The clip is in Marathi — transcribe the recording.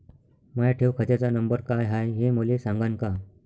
माया ठेव खात्याचा नंबर काय हाय हे मले सांगान का?